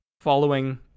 following